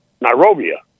Nairobi